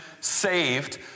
saved